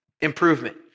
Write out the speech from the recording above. improvement